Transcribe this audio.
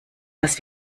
was